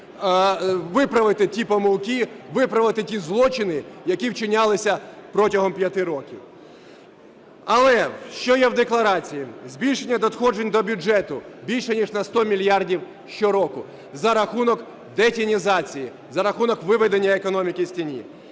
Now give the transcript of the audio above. виправити ті помилки, виправити ті злочини, які вчинялися протягом п'яти років. Але що є в декларації? Збільшення надходжень до бюджету більше ніж на 100 мільярдів щороку за рахунок детінізації, за рахунок виведення економіки з тіні;